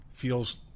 feels